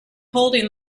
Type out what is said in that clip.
holding